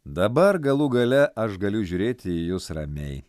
dabar galų gale aš galiu žiūrėti į jus ramiai